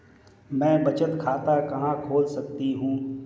मैं बचत खाता कहां खोल सकती हूँ?